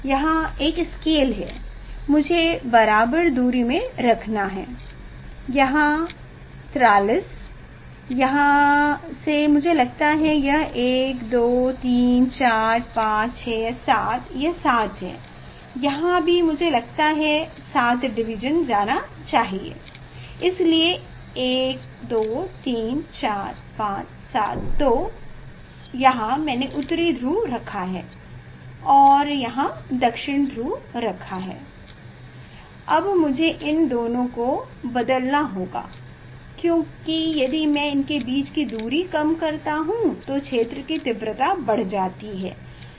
यहाँ एक स्केल है मुझे बराबर दूरी में रखना है यहाँ 43 यहाँ से मुझे लगता है कि यह 1 2 3 4 5 6 7 यह 7 है यहाँ भी मुझे लगता है कि 7 डिवीजन जाना है इसलिए 1 2 3 4 5 7 तो यहां मैंने उत्तरी ध्रुव रखा है और यहां मैंने दक्षिण ध्रुव रखा है अब मुझे इन दोनों को बदलना होगा यदि मैं इनके बीच दूरी कम करता हूँ तो क्षेत्र की तीव्रता बढ़ जाएगी